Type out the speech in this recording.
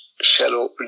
shallow